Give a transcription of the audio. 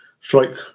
strike